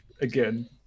Again